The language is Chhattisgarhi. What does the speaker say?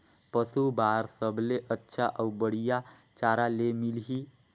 पशु बार सबले अच्छा अउ बढ़िया चारा ले मिलही?